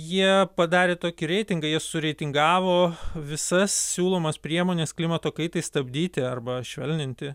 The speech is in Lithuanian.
jie padarė tokį reitingą jie suritingavo visas siūlomas priemones klimato kaitai stabdyti arba švelninti